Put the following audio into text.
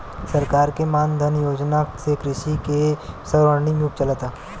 सरकार के मान धन योजना से कृषि के स्वर्णिम युग चलता